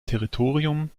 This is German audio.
territorium